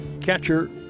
catcher